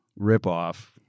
ripoff